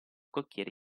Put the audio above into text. cocchiere